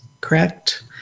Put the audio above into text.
Correct